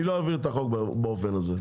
אני לא אעביר את החוק באופן הזה.